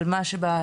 אבל מה שבחוץ,